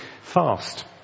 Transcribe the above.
fast